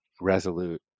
resolute